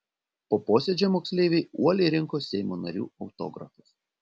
po posėdžio moksleiviai uoliai rinko seimo narių autografus